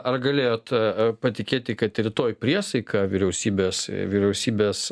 ar galėjot patikėti kad rytoj priesaika vyriausybės vyriausybės